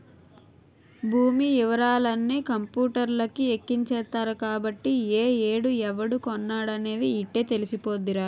భూమి యివరాలన్నీ కంపూటర్లకి ఎక్కించేత్తరు కాబట్టి ఏ ఏడు ఎవడు కొన్నాడనేది యిట్టే తెలిసిపోద్దిరా